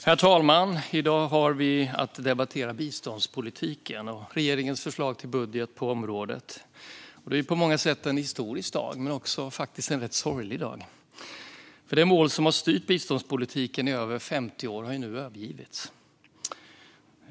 Herr talman! I dag har vi att debattera biståndspolitiken och regeringens förslag till budget på området. Det är på många sätt en historisk dag men faktiskt också en rätt sorglig dag, för det mål som har styrt biståndspolitiken i över 50 år har nu övergivits.